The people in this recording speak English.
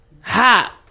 Hop